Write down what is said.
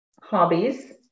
hobbies